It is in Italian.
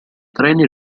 treni